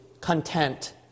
content